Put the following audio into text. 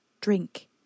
Drink